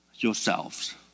Yourselves